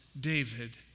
David